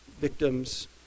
victims